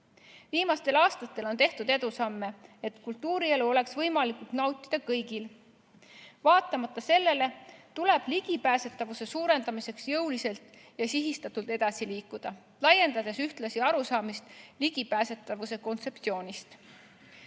Viimastel aastatel on tehtud edusamme, et kultuurielu oleks võimalik nautida kõigil. Vaatamata sellele tuleb ligipääsetavuse suurendamiseks jõuliselt ja sihistatult edasi liikuda, laiendades ühtlasi arusaamist ligipääsetavuse kontseptsioonist.